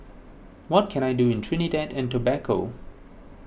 what can I do in Trinidad and Tobago